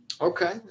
Okay